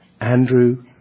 Andrew